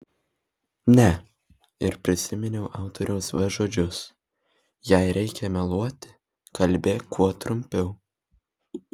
ne ir prisiminiau autoriaus v žodžius jei reikia meluoti kalbėk kuo trumpiau